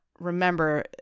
remember